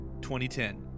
2010